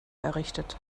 errichtet